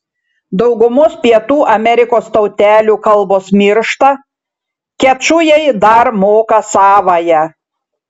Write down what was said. daugumos pietų amerikos tautelių kalbos miršta kečujai dar moka savąją